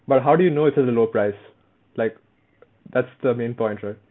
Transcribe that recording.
but how do you know it's at a low price like that's the main point right